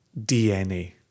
DNA